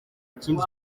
kindi